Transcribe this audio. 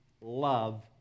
love